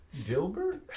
Dilbert